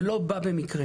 זה לא בא במקרה.